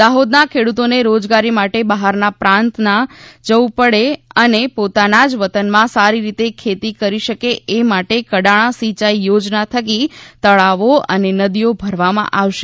દાહોદના ખેડૂતોને રોજગારી માટે બહારના પ્રાંતમાં ના જવું પડે અને પોતાના જ વતનમાં સારી રીતે ખેતી કરી શકે એ માટે કડાણા સિંયાઇ યોજના થકી તળાવો અને નદીઓ ભરવામાં આવશે